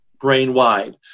brain-wide